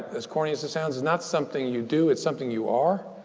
as corny as it sounds, is not something you do. it's something you are.